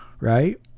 right